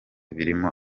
birimo